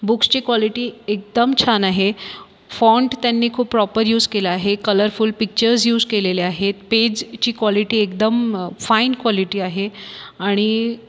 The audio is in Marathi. बुक्सची क्वॉलिटी एकदम छान आहेे फॉन्ट त्यांनी खूप प्रॉपर यूज केलं आहे कलरफुल पिक्चर्स यूज केलेले आहेत पेजची क्वॉलिटी एकदम फाइन क्वॉलिटी आहे आणि